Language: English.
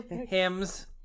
Hymns